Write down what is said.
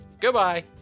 Goodbye